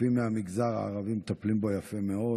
ורופאים מהמגזר הערבי מטפלים בו יפה מאוד.